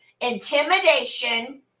intimidation